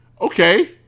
Okay